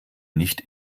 nicht